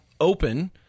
open –